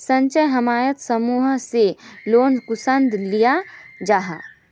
स्वयं सहायता समूह से लोन कुंसम लिया जाहा?